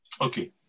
okay